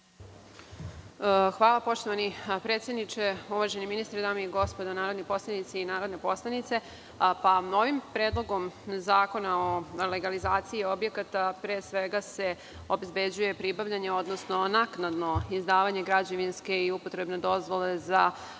Hvala. Poštovani predsedniče, uvaženi ministre, dame i gospodo narodni poslanici i narodne poslanice, ovim predlogom zakona o legalizaciji objekata se obezbeđuje pribavljanje, odnosno naknadno izdavanje građevinske i upotrebne dozvole za objekte,